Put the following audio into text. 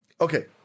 okay